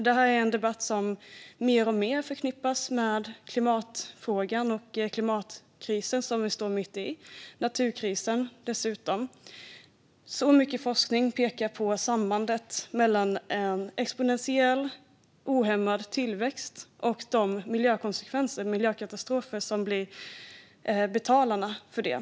Det är en debatt som mer och mer förknippas med klimatfrågan och klimatkrisen, som vi står mitt i, och dessutom naturkrisen. Så mycket forskning pekar på sambandet mellan exponentiell, ohämmad tillväxt och de miljökonsekvenser och miljökatastrofer som är priset vi betalar för det.